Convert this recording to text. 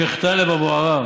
שייח' טלב אבו עראר,